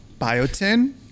Biotin